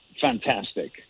fantastic